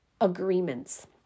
agreements